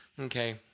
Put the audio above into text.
Okay